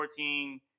2014